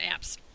apps